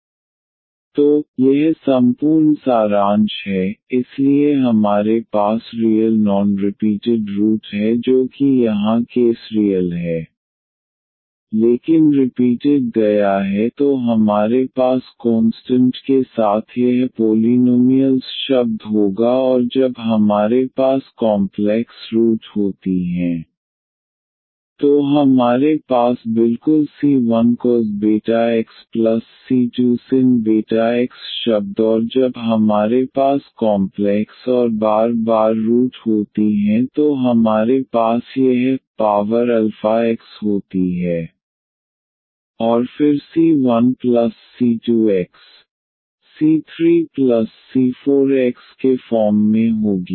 yeαxc1c2xcos βx c3c4xsin βx c5e5xcnenx तो यह संपूर्ण सारांश है इसलिए हमारे पास रियल नॉन रिपीटेड रूट है जो कि यहां केस रियल है लेकिन रिपीटेड गया है तो हमारे पास कोंस्टंट के साथ यह पोलीनोमिअल्स शब्द होगा और जब हमारे पास कॉम्प्लेक्स रूट होती हैं तो हमारे पास बिल्कुल c1cos βx c2sin βx शब्द और जब हमारे पास कॉम्प्लेक्स और बार बार रूट होती हैं तो हमारे पास यह e पावर अल्फा x होती है और फिर c1c2x c3c4x के फॉर्म में होगी